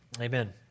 Amen